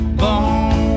bone